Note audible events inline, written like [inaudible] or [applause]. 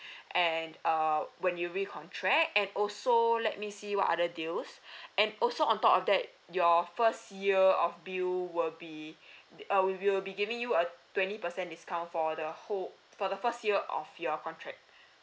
[breath] and err when you recontract and also let me see what other deals [breath] and also on top of that your first year of bill will be uh we will be giving you a twenty percent discount for the whole for the first year of your contract